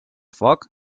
foc